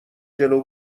جلو